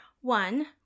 one